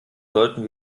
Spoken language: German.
sollten